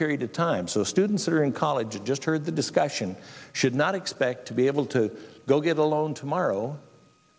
period of time so students that are in college and just heard the discussion should not expect to be able to go get a loan tomorrow